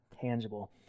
tangible